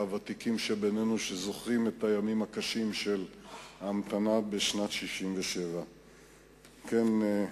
לוותיקים מבינינו שזוכרים את הימים הקשים של ההמתנה בשנת 1967. אם כן,